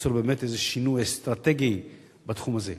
ליצור איזה שינוי אסטרטגי בתחום הזה?